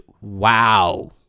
wow